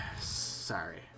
sorry